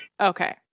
Okay